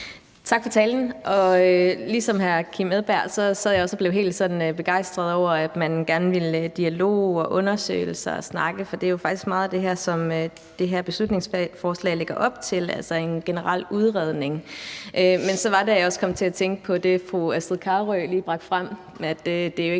Tak for talen. Ligesom hr. Kim Edberg Andersen sad jeg også og blev helt begejstret over, at man gerne ville have dialog og undersøgelser og snakke, for er det jo faktisk meget af det, som det her beslutningsforslag lægger op til, altså en generel udredning. Men så var det også sådan, at jeg kom til at tænke på det, fru Astrid Carøe lige bragte frem,